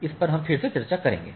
इसपर हम फिर से चर्चा करेंगे